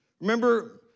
Remember